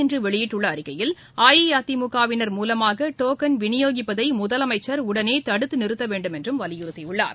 இன்று வெளியிட்டுள்ள அறிக்கையில் அஇஅதிமுகவினர் மூலமாக டோக்கன் அவர் விநியோகிப்பதை முதலமைச்சர் உடனே தடுத்து நிறுத்த வேண்டும் என்று வலியுறுத்தியுள்ளார்